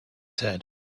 said